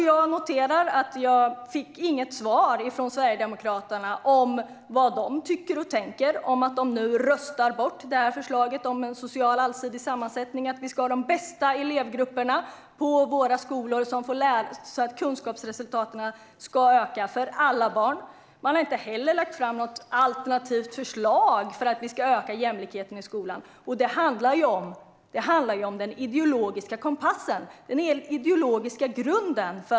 Jag noterar att jag inte fick något svar från Sverigedemokraterna om vad ni tycker och tänker om att ni nu röstar bort förslaget om en allsidig social sammansättning och att vi ska ha de bästa elevgrupperna på våra skolor så att kunskapsresultaten kan öka för alla barn. Sverigedemokraterna har inte heller lagt fram något alternativt förslag för att öka jämlikheten i skolan. Det handlar om Sverigedemokraternas ideologiska kompass och ideologiska grund.